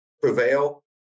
prevail